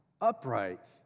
Upright